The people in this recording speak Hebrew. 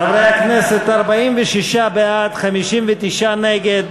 חברי הכנסת, 46 בעד, 59 נגד,